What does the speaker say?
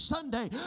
Sunday